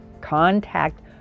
Contact